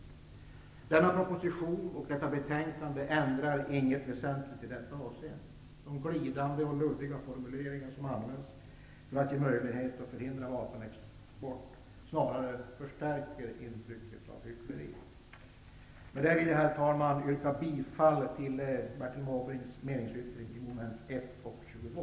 Denna proposition och detta betänkande ändrar inget väsentligt i detta avseende. De glidande och luddiga formuleringar som används för att ge möjlighet att förhindra vapenexport förstärker snarare intrycket av hyckleri. Med det vill jag, herr talman, yrka bifall till Bertil